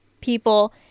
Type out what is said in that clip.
people